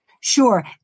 Sure